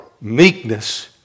meekness